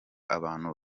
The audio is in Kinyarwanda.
abantu